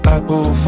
Apple